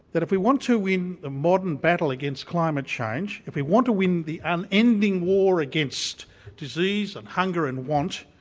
that if we want to win the modern battle against climate change, if we want to win the unending war against disease and hunger and want,